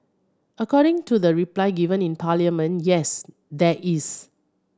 according to the reply given in Parliament yes there is